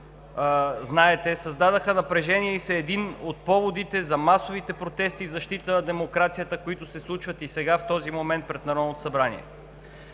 знаете, създадоха напрежение и са един от поводите за масовите протести в защита на демокрацията, които се случват и сега, в този момент, пред Народното събрание.